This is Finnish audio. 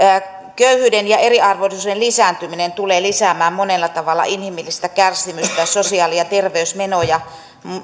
köyhyyden ja eriarvoisuuden lisääntyminen tulee lisäämään monella tavalla inhimillistä kärsimystä ja sosiaali ja terveysmenoja